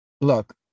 look